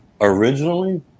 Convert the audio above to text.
Originally